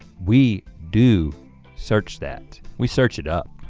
we do search that, we search it up.